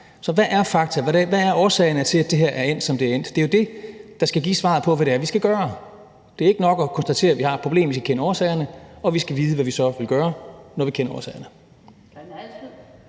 Så hvad er fakta? Hvad er årsagerne til, at det her er endt, som det er endt? Det er jo det, der skal give svaret på, hvad det er, vi skal gøre. Det er ikke nok at konstatere, at vi har et problem. Vi skal kende årsagerne, og vi skal vide, hvad vi så vil gøre, når vi kender årsagerne.